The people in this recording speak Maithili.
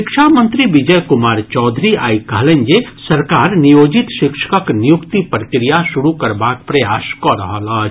शिक्षा मंत्री विजय कुमार चौधरी आइ कहलनि जे सरकार नियोजित शिक्षकक नियुक्ति प्रक्रिया शुरू करबाक प्रयास कऽ रहल अछि